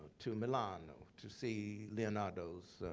to milan to see leonardo's